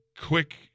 quick